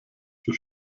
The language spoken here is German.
für